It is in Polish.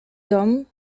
dom